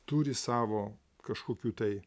turi savo kažkokių tai